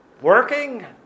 working